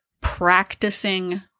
practicing